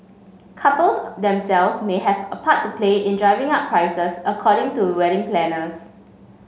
couples themselves may have a part to play in driving up prices according to wedding planners